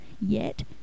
Yet